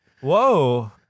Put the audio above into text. Whoa